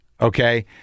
okay